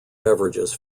beverages